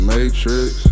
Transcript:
Matrix